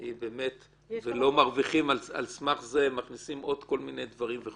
היא באמת ולא על סמך זה מכניסים עוד כל מיני דברים,